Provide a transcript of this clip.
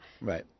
Right